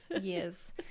yes